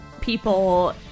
people